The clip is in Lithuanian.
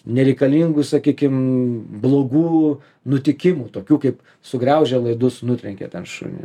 nereikalingų sakykim blogų nutikimų tokių kaip sugraužė laidus nutrenkė ten šunį